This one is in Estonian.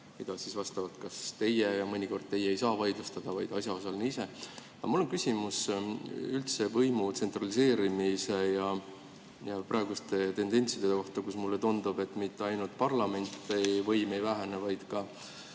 mida siis vastavalt teie kas [vaidlustate], ja mõnikord teie ei saa vaidlustada, vaid asjaosaline ise. Aga mul on küsimus üldse võimu tsentraliseerimise ja praeguste tendentside kohta, kus mulle tundub, et mitte ainult parlamendi võim ei vähene, vaid ka